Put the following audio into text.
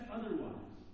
otherwise